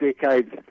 decades